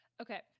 okay